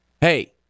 hey